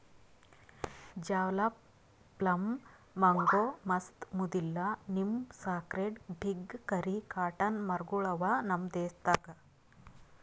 Java plum, mango, ಮಸ್ತ್, ಮುದಿಲ್ಲ, neem, sacred fig, ಕರಿ, ಕಾಟನ್ ಮರ ಗೊಳ್ ಅವಾ ನಮ್ ದೇಶದಾಗ್